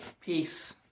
Peace